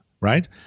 right